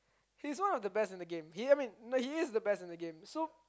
he's one of the best in the game he I mean he is the best in the game so